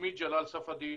שמי ג'לאל ספדי,